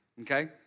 okay